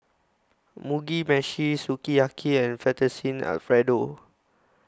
Mugi Meshi Sukiyaki and Fettuccine Alfredo